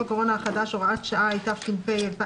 הקורונה החדש) (הוראת שעה) התש"ף-2020,